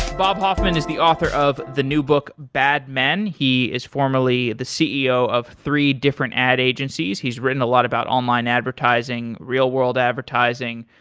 bob hoffman is the author of the new book bad man. he is finally the ceo of three different ad agencies. he's written a lot about online advertising, real-world advertising.